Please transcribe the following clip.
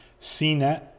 CNET